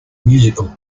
musical